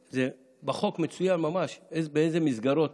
בחוק מצוין ממש, באיזה מסגרות